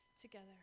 together